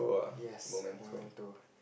yes and I want to